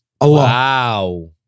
Wow